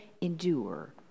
endure